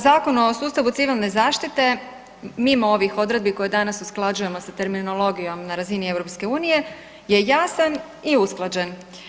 Zakon o sustavu civilne zaštite mimo ovih odredbi koje danas usklađujemo sa terminologijom na razini EU je jasan i usklađen.